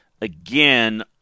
again